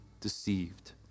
deceived